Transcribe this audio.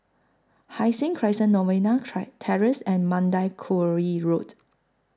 Hai Sing Crescent Novena Try Terrace and Mandai Quarry Road